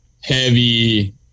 heavy